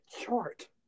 chart